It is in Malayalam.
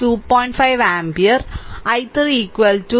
5 ആമ്പിയർ I3 3